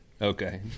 Okay